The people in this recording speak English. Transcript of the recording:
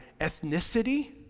ethnicity